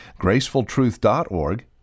gracefultruth.org